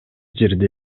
жерде